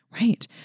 Right